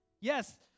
Yes